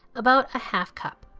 about a half cup.